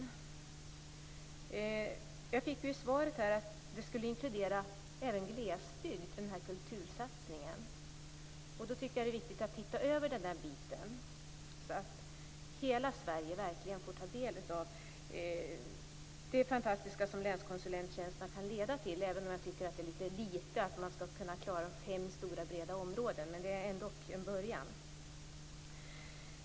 I svaret gavs beskedet att den här kultursatsningen skulle inkludera även glesbygd. Jag tycker att det är viktigt att se till att hela Sverige verkligen får del av det fantastiska som länskonsulenttjänsterna kan leda till, även om jag tycker att det är lite torftigt att länskonsulenterna skall klara fem stora och breda områden. Men det är ändock en början.